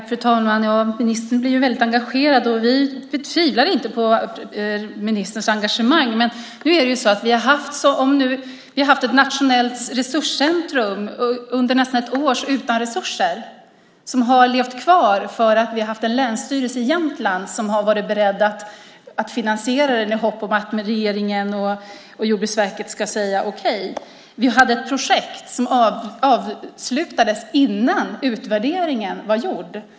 Fru talman! Ministern blir väldigt engagerad. Vi tvivlar inte på hans engagemang. Men vi har ett nationellt resurscentrum som under nästan ett år varit utan resurser. Det har levt kvar för att vi har haft en länsstyrelse i Jämtland som har varit beredd att finansiera det i hopp om att regeringen och Jordbruksverket ska säga okej. Vi hade ett projekt som avslutades innan utvärderingen var gjord.